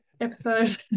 episode